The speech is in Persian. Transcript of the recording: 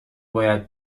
باید